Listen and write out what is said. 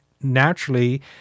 naturally